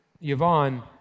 Yvonne